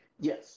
yes